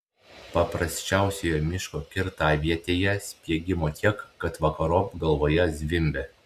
paprasčiausioje miško kirtavietėje spiegimo tiek kad vakarop galvoje zvimbia